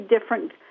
different